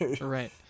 Right